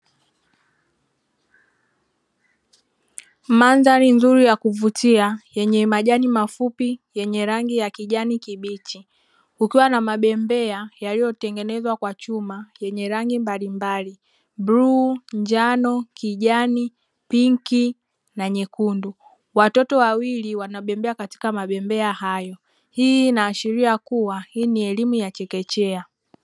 Mandhari nzuri ya kuvutia yenye majani mafupi yenye rangi ya kijani kibichi kukiwa na mabembea yaliyotengenezwa kwa chuma yenye rangi mbalimbali blue, njano, kijani, pinki na nyekundu watoto wawili wanabembea katika mabembea hayo, hii inaashiria kuwa hii ni elimu ya chekechea.